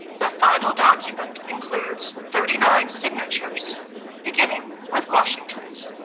the final document includes thirty nine signatures beginning with washington's